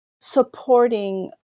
supporting